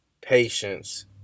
patience